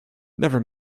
never